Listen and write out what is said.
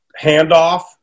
handoff